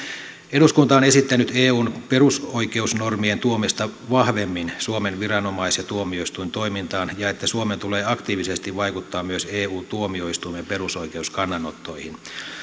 eduskunta on esittänyt eun perusoikeusnormien tuomista vahvemmin suomen viranomais ja tuomioistuintoimintaan ja sitä että suomen tulee aktiivisesti vaikuttaa myös eu tuomioistuimen perusoikeuskannanottoihin